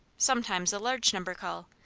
sometimes a large number call,